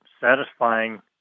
satisfying